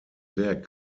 werk